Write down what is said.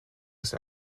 ist